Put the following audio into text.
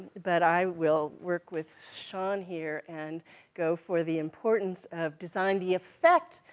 but i will work with sean here and go for the importance of design, the effect,